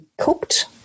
cooked